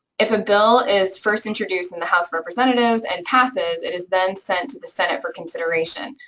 if a bill is first introduced in the house of representatives and passes, it is then sent to the senate for consideration.